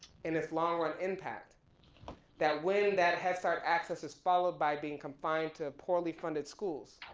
and it's long run impact that when that headstart access is followed by being confined to poorly funded schools,